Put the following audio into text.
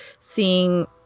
seeing